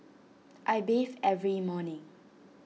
I bathe every morning